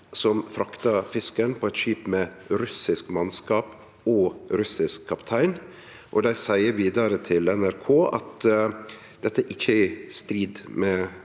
som fraktar fisken på eit skip med russisk mannskap og russisk kaptein. Dei seier til NRK at dette ikkje er i strid med